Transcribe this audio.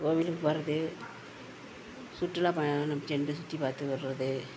கோவிலுக்கு போகிறது சுற்றுலா பயணம் சென்று சுற்றி பார்த்து வர்றது